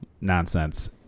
nonsense